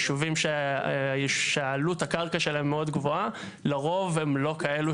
יישובים שעלות הקרקע שלהם מאוד גבוהה לרוב הם לא כאלו